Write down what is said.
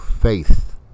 Faith